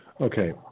Okay